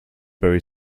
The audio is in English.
bury